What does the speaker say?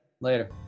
Later